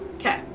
Okay